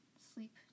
sleep